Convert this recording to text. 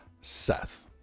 Seth